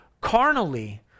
carnally